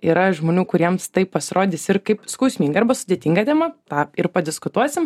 yra žmonių kuriems tai pasirodys ir kaip skausminga arba sudėtinga tema tą ir padiskutuosim